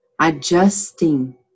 adjusting